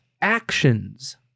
actions